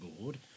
board